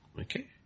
Okay